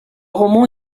roman